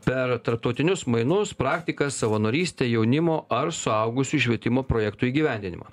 per tarptautinius mainus praktiką savanorystę jaunimo ar suaugusiųjų švietimo projektų įgyvendinimą